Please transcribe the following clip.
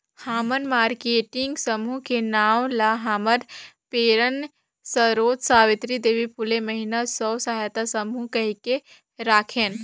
हमन मारकेटिंग समूह के नांव ल हमर प्रेरन सरोत सावित्री देवी फूले महिला स्व सहायता समूह कहिके राखेन